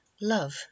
Love